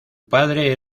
padre